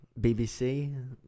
BBC